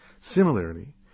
Similarly